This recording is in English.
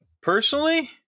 personally